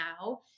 now